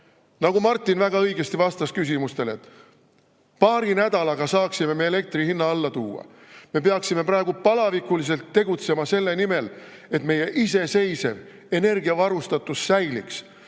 Nagu Martin väga õigesti vastas küsimustele, et paari nädalaga me saaksime elektri hinna alla tuua. Me peaksime praegu palavikuliselt tegutsema selle nimel, et meie iseseisev energiavarustatus säiliks.